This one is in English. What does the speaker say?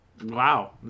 Wow